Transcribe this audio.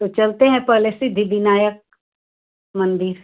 तो चलते हैं पहले सिद्धि विनायक मंदिर